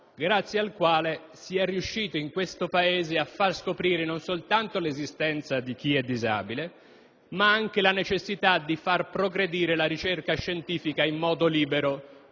grazie al quale si è riusciti a far scoprire in questo Paese non soltanto l'esistenza di chi è disabile, ma anche la necessità di far progredire la ricerca scientifica in modo libero.